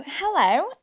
Hello